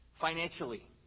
financially